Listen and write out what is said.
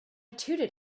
tooted